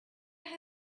how